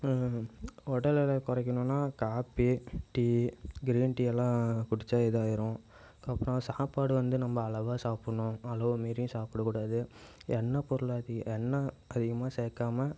உடல் இடைய குறைக்கணும்னா காபி டீ கிரீன் டீ எல்லாம் குடிச்சால் இதாயிரும் அதற்கப்புறம் சாப்பாடு வந்து நம்ப அளவாக சாப்பிட்ணும் அளவு மீறியும் சாப்பிடக்கூடாது எண்ணெய் பொருளாகி எண்ணெய் அதிகமாக சேர்க்காம